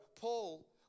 Paul